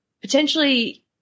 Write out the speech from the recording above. potentially